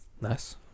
Nice